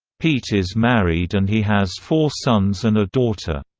pete is married and he has four sons and a daughter.